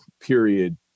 period